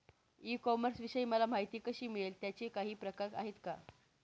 E कॉमर्सविषयी मला माहिती कशी मिळेल? त्याचे काही प्रकार आहेत का?